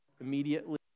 immediately